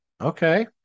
Okay